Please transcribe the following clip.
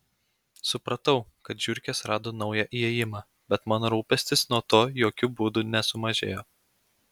supratau kad žiurkės rado naują įėjimą bet mano rūpestis nuo to jokiu būdu nesumažėjo